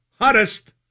hottest